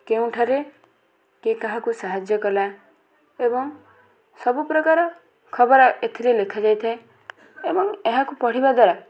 କେଉଁଠାରେ କିଏ କାହାକୁ ସାହାଯ୍ୟ କଲା ଏବଂ ସବୁପ୍ରକାର ଖବର ଏଥିରେ ଲେଖାଯାଇଥାଏ ଏବଂ ଏହାକୁ ପଢ଼ିବା ଦ୍ୱାରା